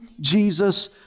Jesus